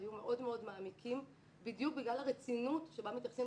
היו מאוד מעמיקים בדיוק בגלל הרצינות שבה מתייחסים